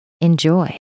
enjoy